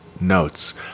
notes